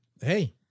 Hey